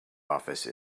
office